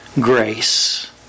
Grace